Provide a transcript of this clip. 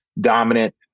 dominant